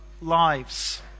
lives